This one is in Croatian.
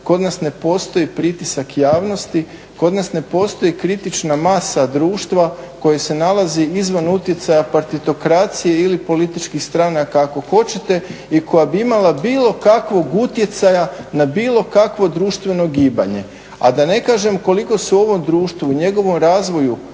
Kod nas ne postoji pritisak javnosti, kod nas ne postoji kritična masa društva koje se nalazi izvan utjecaja partitokracije ili političkih stranaka ako hoćete i koja bi imala bilo kakvog utjecaja na bilo kakvo društveno gibanje. A da ne kažem koliko se u ovom društvu, u njegovom razvoju